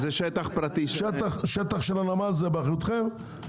שטח של הנמל זה באחריותכם?